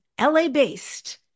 LA-based